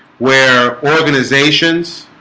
where organizations